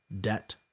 debt